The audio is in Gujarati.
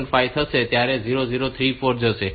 5 થશે ત્યારે તે 0034 પર જશે